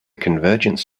convergence